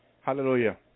Hallelujah